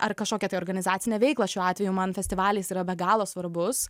ar kažkokią tai organizacinę veiklą šiuo atveju man festivalis yra be galo svarbus